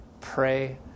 pray